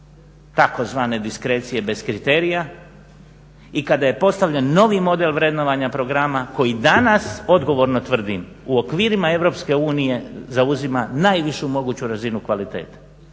tzv. diskrecije bez kriterija i kada je postavljen novi model vrednovanja programa koji danas, odgovorno tvrdim, u okvirima Europske unije zauzima najvišu moguću razinu kvalitete